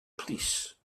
police